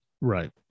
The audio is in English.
Right